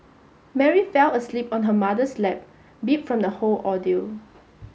Mary fell asleep on her mother's lap beat from the whole ordeal